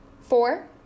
Four